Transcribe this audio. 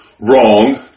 wrong